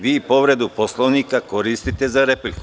Vi povredu Poslovnika koristite za repliku.